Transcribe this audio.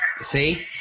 See